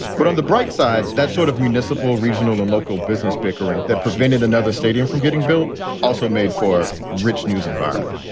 but on the bright side, that sort of municipal, regional and local business bickering that prevented another stadium from getting built also made for rich news environment.